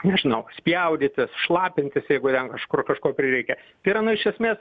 nežinau spjaudytis šlapintis jeigu jam kažkur kažko prireikia tai yra nu iš esmės